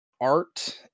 art